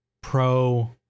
Pro